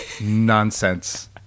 nonsense